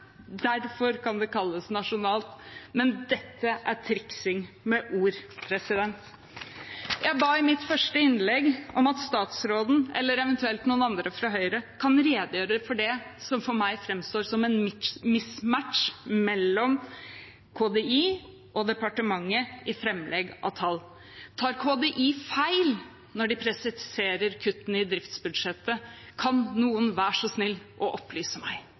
derfor kan det kalles nasjonalt. Men dette er triksing med ord. Jeg ba i mitt første innlegg om at statsråden eller eventuelt noen andre fra Høyre kunne redegjøre for det som for meg framstår som en mismatch mellom KDI og departementet i framlegg av tall. Tar KDI feil når de presiserer kuttene i driftsbudsjettet? Kan noen være så snill å opplyse meg?